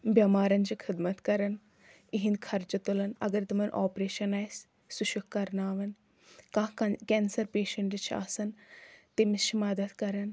بٮ۪مارَن چھِ خدمت کران یِہٕنٛدۍ خرچہٕ تُلان اگر تِمَن آپریشن آسہٕ سُہ چھُ کرناوان کانٛہہ کن کینسر پیشنٹ چھِ آسان تٔمِس چھِ مدد کران